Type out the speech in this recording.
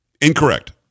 Incorrect